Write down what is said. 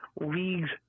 leagues